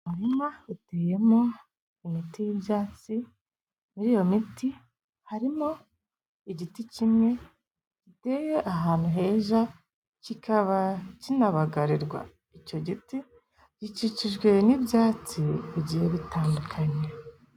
Umurima uteyemo imiti y'ibyatsi, muri iyo miti harimo igiti kimwe giteye ahantu heza kikaba kinabagarirwa, icyo giti gikikijwe n'ibyatsi bigiye bitandukanye.